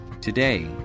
Today